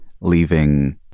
leaving